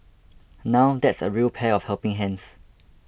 now that's a real pair of helping hands